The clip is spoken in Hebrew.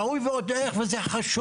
ראוי ועוד איך וזה חשוב.